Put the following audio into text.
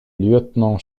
lieutenant